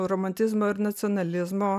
romantizmo ir nacionalizmo